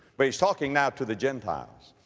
but he's talking now to the gentiles.